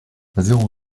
zéro